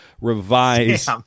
revise